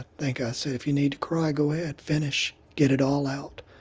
think i said, if you need to cry, go ahead. finish. get it all out.